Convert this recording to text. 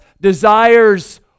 desires